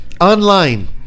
Online